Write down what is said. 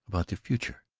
about the future?